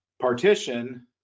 partition